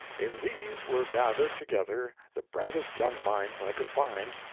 in these were gathered together the brightest young minds i could find,